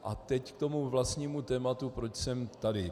A teď k vlastnímu tématu, proč jsem tady.